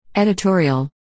Editorial